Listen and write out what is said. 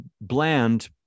bland